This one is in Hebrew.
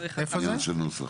זה עניין של נוסח.